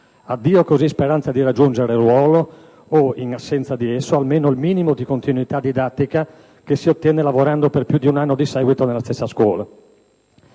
Addio così speranze di raggiungere il ruolo o, in assenza di esso, almeno il minimo di continuità didattica che si ottiene lavorando per più di un anno di seguito nella stessa scuola.